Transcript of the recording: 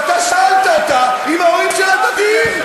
ואתה שאלת אותה אם ההורים שלה דתיים.